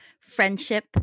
friendship